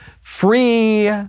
free